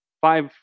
five